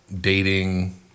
dating